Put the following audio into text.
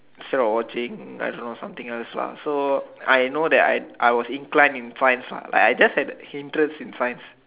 instead of watching I don't know something else lah so I know that I I was inclined in science lah like I I just had that interest in science